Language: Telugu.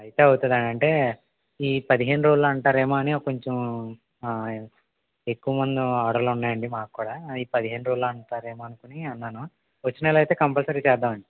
అయితే అవుతుందా అంటే ఈ పదిహేను రోజుల్లో అంటారేం అని కొచ్చెం ఎక్కువ మంది ఆర్డర్ లు ఉన్నాయండి మాక్కూడా ఈ పదిదేను రోజుల్లో అంటారేమో అనుకుని అన్నాను వచ్చే నెల అయితే కంపల్సరీ చేద్దాం అండి